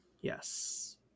Yes